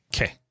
Okay